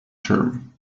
term